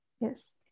yes